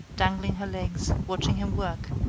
dangling her legs, watching him work,